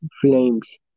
Flames